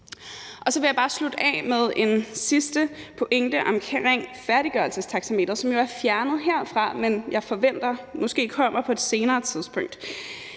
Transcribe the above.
jeg bare slutte af med en sidste pointe omkring færdiggørelsestaxameteret, som jo er fjernet herfra, men som jeg forventer måske kommer på et senere tidspunkt.